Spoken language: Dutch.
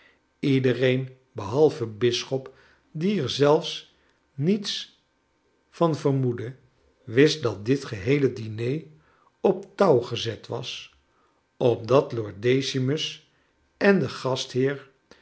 iedereen behalve bisschop die er zelfs niets van vermoedde wist dat dit geheele diner op touw gezet was opdat lord decimus en de gastheer